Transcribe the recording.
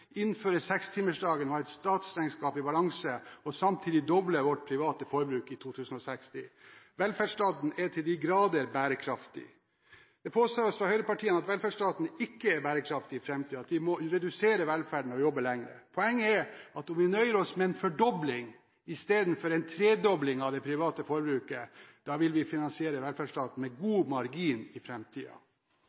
innføre sekstimersdagen, ha et statsregnskap i balanse og samtidig doble vårt private forbruk i 2060. Velferdsstaten er til de grader bærekraftig. Det påstås fra høyrepartiene at velferdsstaten ikke er bærekraftig i framtiden, at vi må redusere velferden og jobbe lenger. Poenget er at om vi nøyer oss med en fordobling istedenfor en tredobling av det private forbruket, vil vi finansiere velferdsstaten med god margin i